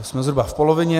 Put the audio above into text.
Jsme zhruba v polovině.